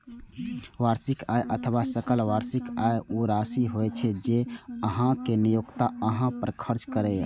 वार्षिक आय अथवा सकल वार्षिक आय ऊ राशि होइ छै, जे अहांक नियोक्ता अहां पर खर्च करैए